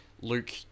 Luke